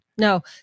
No